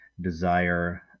desire